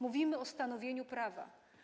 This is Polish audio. Mówimy o stanowieniu prawa.